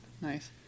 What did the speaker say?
Nice